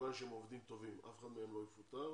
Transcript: מכיוון שהם עובדים טובים אף אחד מהם לא יפוטר,